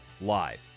live